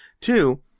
Two